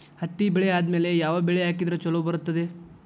ಹತ್ತಿ ಬೆಳೆ ಆದ್ಮೇಲ ಯಾವ ಬೆಳಿ ಹಾಕಿದ್ರ ಛಲೋ ಬರುತ್ತದೆ?